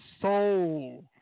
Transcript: soul